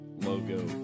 logo